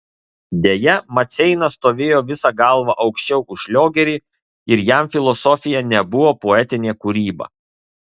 deja maceina stovėjo visa galva aukščiau už šliogerį ir jam filosofija nebuvo poetinė kūryba